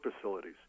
facilities